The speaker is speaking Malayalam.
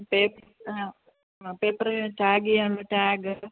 പേപ് ആ പേപ്പറ് ടാഗ് ചെയ്യാനുള്ള ടാഗ്